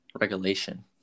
regulation